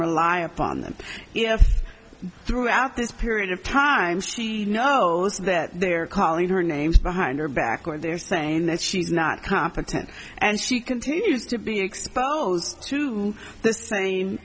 rely upon them you know throughout this period of time she knows that they're calling her names behind her back or they're saying that she's not competent and she continues to be exposed to the same